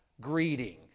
greeting